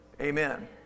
Amen